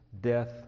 death